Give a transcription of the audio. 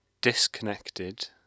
disconnected